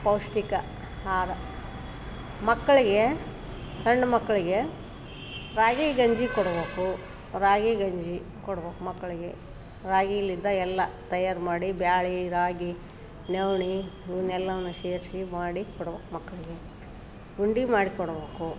ಪೌಷ್ಟಿಕ ಆಹಾರ ಮಕ್ಕಳಿಗೆ ಸಣ್ಣ ಮಕ್ಕಳಿಗೆ ರಾಗಿ ಗಂಜಿ ಕೊಡ್ಬೇಕು ರಾಗಿ ಗಂಜಿ ಕೊಡ್ಬೇಕು ಮಕ್ಕಳಿಗೆ ರಾಗಿಯಿಂದ ಎಲ್ಲ ತಯಾರು ಮಾಡಿ ಬೇಳೆ ರಾಗಿ ನವ್ಣೆ ಇವ್ನೆಲ್ಲವನ್ನ ಸೇರ್ಸಿ ಮಾಡಿ ಕೊಡ್ಬೇಕು ಮಕ್ಕಳಿಗೆ ಉಂಡೆ ಮಾಡಿ ಕೊಡ್ಬೇಕು